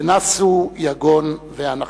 ונסו יגון ואנחה.